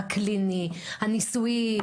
הקליני והניסויי,